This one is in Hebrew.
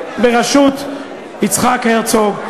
בראשות יצחק הרצוג,